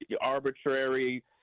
arbitrary